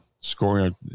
scoring